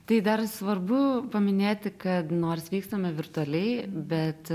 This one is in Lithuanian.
tai dar svarbu paminėti kad nors vykstame virtualiai bet